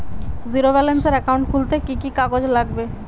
Zero ব্যালেন্সের account খুলতে কি কি কাগজ লাগবে?